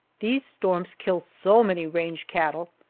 these storms kill so many range cattle,